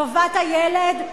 טובת הילד,